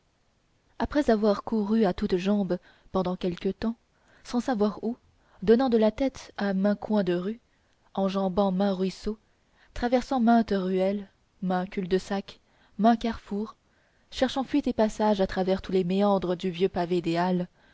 après avoir couru à toutes jambes pendant quelque temps sans savoir où donnant de la tête à maint coin de rue enjambant maint ruisseau traversant mainte ruelle maint cul-de-sac maint carrefour cherchant fuite et passage à travers tous les méandres du vieux pavé des halles